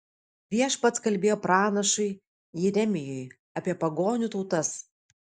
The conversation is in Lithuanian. viešpats kalbėjo pranašui jeremijui apie pagonių tautas